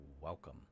Welcome